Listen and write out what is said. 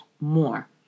more